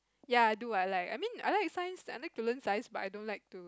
ya I do I like I mean I like science I like to learn science but I don't like to